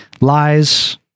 lies